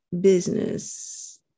business